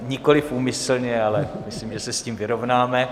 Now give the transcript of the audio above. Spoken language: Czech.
Nikoli úmyslně, ale myslím, že se s tím vyrovnáme.